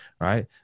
right